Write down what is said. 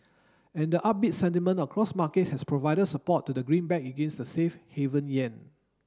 and the upbeat sentiment across markets has provided support to the greenback against the safe haven yen